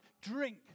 drink